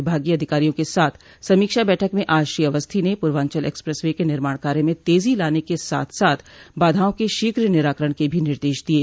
विभागीय अधिकारियों के साथ समीक्षा बैठक में आज श्री अवस्थी ने पूर्वांचल एक्सप्रेस वे के निर्माण काय में तेजी लाने के साथ साथ बाधाओं के शीघ्र निराकरण के भी निर्देश दिये